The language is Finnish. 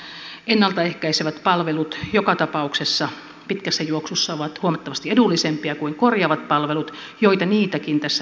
ennalta ehkäisevät palvelut joka tapauksessa pitkässä juoksussa ovat huomattavasti edullisempia kuin korjaavat palvelut joita niitäkin tässä yhteiskunnassa tarvitaan